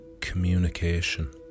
communication